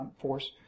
Force